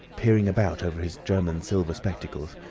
peering about over his german-silver spectacles,